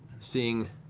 seeing